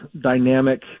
dynamic